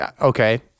Okay